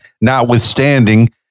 notwithstanding